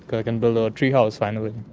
i can build a treehouse finally